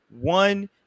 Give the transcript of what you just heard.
one